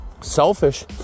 selfish